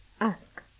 Ask